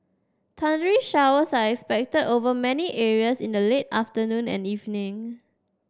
thundery showers are expected over many areas in the late afternoon and evening